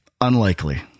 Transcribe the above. Unlikely